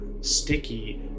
sticky